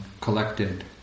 collected